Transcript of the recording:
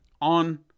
on